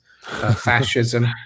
fascism